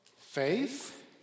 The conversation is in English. faith